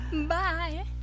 bye